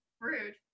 rude